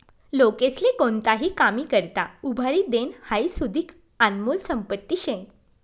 लोकेस्ले कोणताही कामी करता उभारी देनं हाई सुदीक आनमोल संपत्ती शे